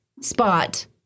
spot